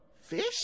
Fish